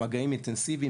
במגעים אינטנסיביים,